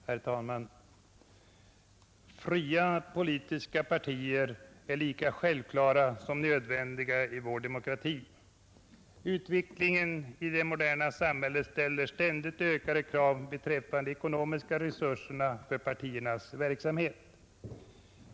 Herr talman! Fria politiska partier är lika självklara som nödvändiga i vår demokrati. Utvecklingen i det moderna samhället ställer ständigt ökade krav beträffande de ekonomiska resurserna för partiernas verksamhet.